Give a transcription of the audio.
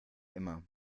immer